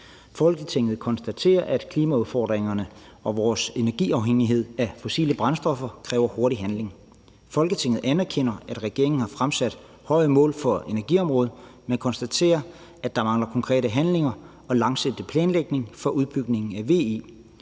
»Folketinget konstaterer, at klimaudfordringerne og vores energiafhængighed af fossile brændstoffer kræver hurtigere handling. Folketinget anerkender, at regeringen har fremsat høje mål for energiområdet, men konstaterer, at der mangler konkrete handlinger og langsigtet planlægning for udbygningen af VE,